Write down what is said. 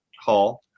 Hall